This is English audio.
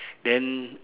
then